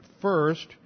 first